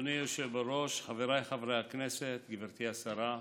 אדוני היושב-ראש, חבריי חברי הכנסת, גברתי השרה,